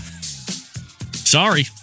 Sorry